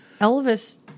Elvis